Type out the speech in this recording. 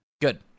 Good